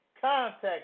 Contact